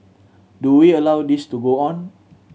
do we allow this to go on